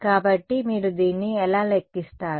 కాబట్టి మీరు దీన్ని ఎలా లెక్కిస్తారు